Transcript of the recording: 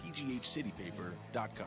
pghcitypaper.com